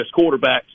quarterbacks